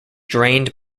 drained